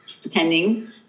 depending